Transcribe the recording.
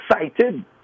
excited